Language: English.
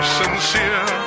sincere